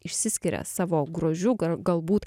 išsiskiria savo grožiu galbūt